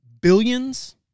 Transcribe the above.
Billions